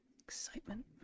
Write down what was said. Excitement